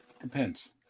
depends